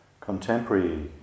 contemporary